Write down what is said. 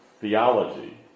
theology